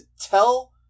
tell